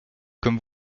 comme